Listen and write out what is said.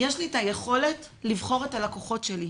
יש לי את היכולת לבחור את הלקוחות שלי,